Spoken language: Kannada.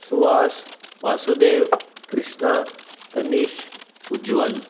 ಸುವಾಸ್ ವಾಸುದೇವ್ ಕೃಷ್ಣ ತನಿಷ್ ಉಜ್ವಲ್